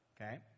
okay